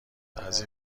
بعضی